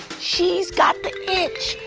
she's got the itch.